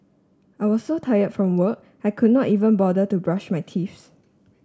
I was so tired from work I could not even bother to brush my teeth